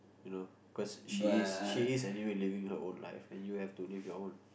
you know cause she is she is living her own life and you have to live your own